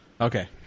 okay